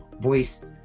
voice